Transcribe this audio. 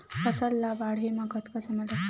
फसल ला बाढ़े मा कतना समय लगथे?